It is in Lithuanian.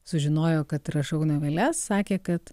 sužinojo kad rašau noveles sakė kad